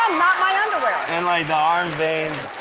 not my underwear. and like the arm vein.